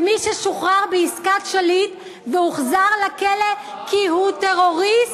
ומי ששוחרר בעסקת שליט והוחזר לכלא כי הוא טרוריסט,